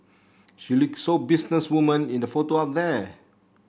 she look so business woman in the photo up there